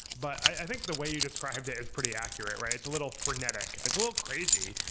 but i think the way you described it is pretty accurate, right? it's a little frenetic. it's a little crazy.